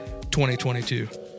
2022